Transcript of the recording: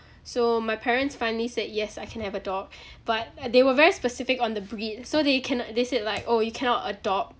so my parents finally said yes I can have a dog but they were very specific on the breed so they canno~ they said like orh you cannot adopt